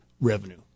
revenue